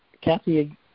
Kathy